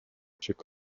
чек